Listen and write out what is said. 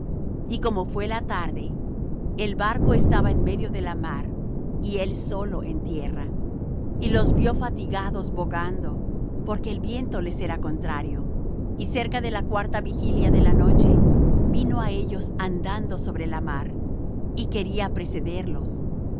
y como fué la tarde el barco estaba en medio de la mar y él solo en tierra y los vió fatigados bogando porque el viento les era contrario y cerca de la cuarta vigilia de la noche vino á ellos andando sobre la mar y quería precederlos